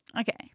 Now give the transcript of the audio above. Okay